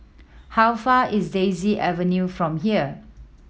how far is Daisy Avenue from here